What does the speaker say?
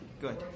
Good